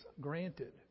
Granted